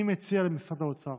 אני מציע למשרד האוצר